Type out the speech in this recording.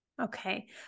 Okay